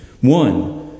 One